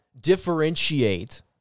differentiate